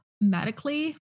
medically